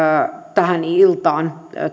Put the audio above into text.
tähän iltaan